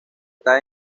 está